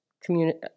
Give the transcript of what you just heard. community